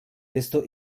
desto